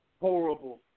Horrible